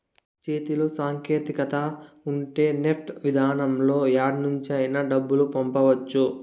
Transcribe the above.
చేతిలో సాంకేతికత ఉంటే నెఫ్ట్ విధానంలో యాడ నుంచైనా డబ్బులు పంపవచ్చు